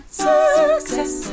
success